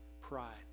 pride